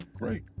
Great